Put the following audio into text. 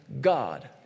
God